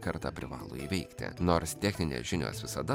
karta privalo įveikti nors techninės žinios visada